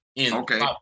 okay